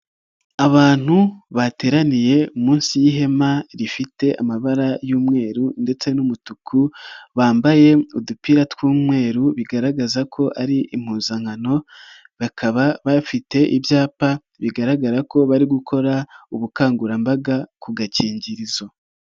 Abantu bateraniye munsi y'ihema rifite amabara y'umweru ndetse n'umutuku, bambaye udupira tw'umweru bigaragaza ko ari impuzankano, bakaba bafite ibyapa bigaragara ko bari gukora ubukangurambaga ku gakingirizo.